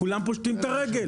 כולם פושטים רגל.